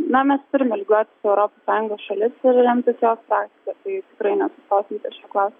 na mesturime lygiuotis į europos sąjungos šalis ir remtis jos praktika tikrai nesustosim ties šiuo klausimu